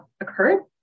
occurred